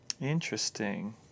Interesting